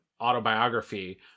autobiography